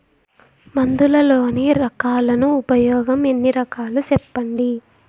మందులలోని రకాలను ఉపయోగం ఎన్ని రకాలు? సెప్పండి?